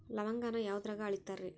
ಲವಂಗಾನ ಯಾವುದ್ರಾಗ ಅಳಿತಾರ್ ರೇ?